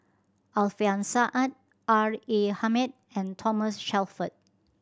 Alfian Sa'at R A Hamid and Thomas Shelford